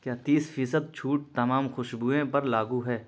کیا تیس فیصد چھوٹ تمام خوشبوئیں پر لاگو ہے